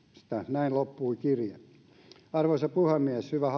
näin loppui kirje arvoisa puhemies hyvä